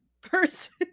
person